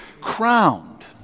crowned